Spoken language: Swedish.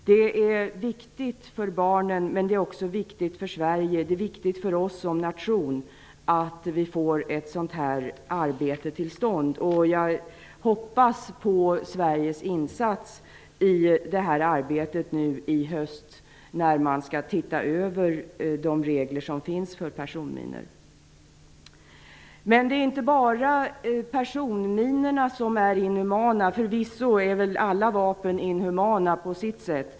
Det är viktigt för barnen, men det är också viktigt för Sverige som nation, att vi får detta arbete till stånd. Jag hoppas på Sveriges insats i det här arbetet i höst när man skall titta över de regler som finns för personminor. Men det är inte bara personminorna som är inhumana. Alla vapen är förvisso inhumana på sitt sätt.